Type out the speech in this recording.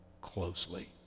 closely